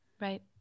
Right